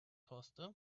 poste